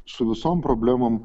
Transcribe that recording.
su visom problemom